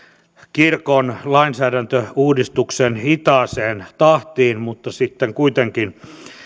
kirkon lainsäädäntöuudistuksen hitaaseen tahtiin mutta sitten kuitenkin